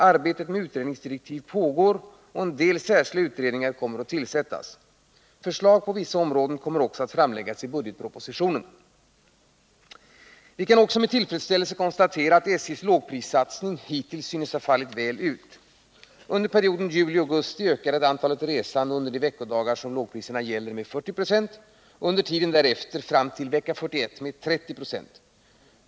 Arbetet med utredningsdirektiv pågår och en del särskilda utredningar kommer att tillsättas. Förslag på vissa områden kommer också att framläggas i budgetpropositionen. Vi kan också med tillfredsställelse konstatera att SJ:s lågprissatsning hittills synes ha fallit väl ut. Under perioden juli-augusti ökade antalet resande under de veckodagar som lågpriserna gäller med 40 26 och under tiden därefter fram till vecka 41 med 30 96.